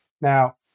Now